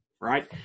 right